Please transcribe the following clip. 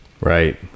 Right